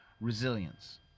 resilience